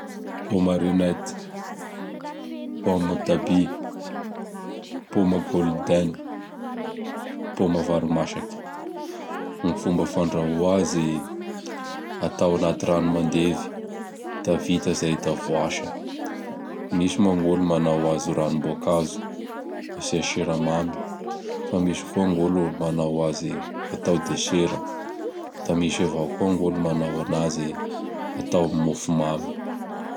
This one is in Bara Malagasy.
Poma renette, poma d'Abie, poma Golden, poma vary masaky. Gny fomba fandrasoa azy? Atao anaty rano mandevy da vita zay da voasa, misy moa olo manao azy ho ranom-bôkazo asia siramamy; fa misy koa gn'olo manao azy atao desera; da misy avao koa gn'olo manao anazy atao am mofo mamy.